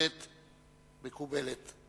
בהחלט מקובלת.